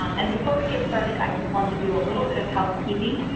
um and before we get started i just want to do a little bit of housekeeping,